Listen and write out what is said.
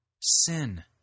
sin